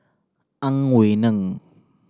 Ang Wei Neng